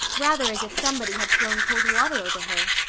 rather as if somebody had thrown cold water over her.